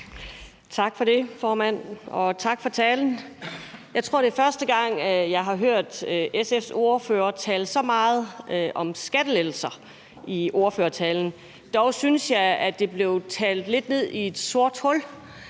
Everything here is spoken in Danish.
Tak for det, formand, og tak for talen. Jeg tror, det er første gang, jeg har hørt SF's ordfører tale så meget om skattelettelser i ordførertalen. Dog synes jeg, det blev talt lidt ned i et sort hul.